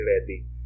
ready